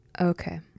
okay